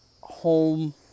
home